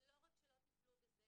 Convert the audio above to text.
ולא רק שלא טיפלו בזה,